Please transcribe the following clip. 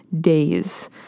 days